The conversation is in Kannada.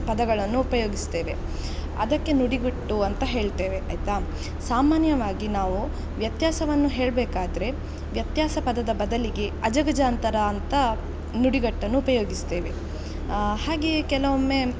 ಪದಗಳನ್ನು ಉಪಯೋಗಿಸ್ತೇವೆ ಅದಕ್ಕೆ ನುಡಿಗಟ್ಟು ಅಂತ ಹೇಳ್ತೇವೆ ಆಯಿತಾ ಸಾಮಾನ್ಯವಾಗಿ ನಾವು ವ್ಯತ್ಯಾಸವನ್ನು ಹೇಳಬೇಕಾದ್ರೆ ವ್ಯತ್ಯಾಸ ಪದದ ಬದಲಿಗೆ ಅಜಗಜಾಂತರ ಅಂತ ನುಡಿಗಟ್ಟನ್ನು ಉಪಯೋಗಿಸ್ತೇವೆ ಹಾಗೆಯೇ ಕೆಲವೊಮ್ಮೆ